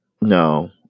no